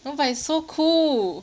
no but it's so cool